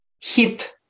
hit